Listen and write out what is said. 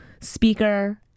Speaker